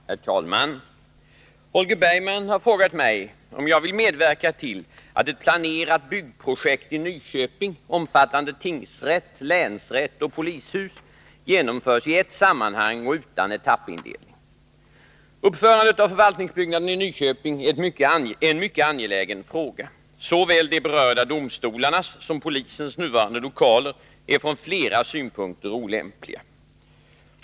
Herr talman! Holger Bergman har frågat mig om jag vill medverka till att ett planerat byggprojekt i Nyköping omfattande tingsrätt, länsrätt och polishus genomförs i ett sammanhang och utan etappindelning. Uppförandet av förvaltningsbyggnaden i Nyköping är en mycket angelägen fråga. Såväl de berörda domstolarnas som polisens nuvarande lokaler är från flera synpunkter olämpliga.